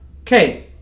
Okay